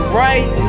right